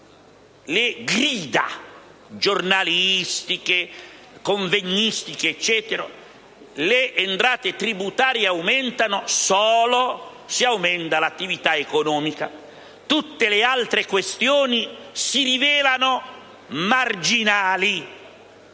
le grida giornalistiche e convegnistiche, le entrate tributarie aumentano solo se aumenta l'attività economica. Tutte le altre questioni si rivelano marginali.